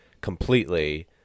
completely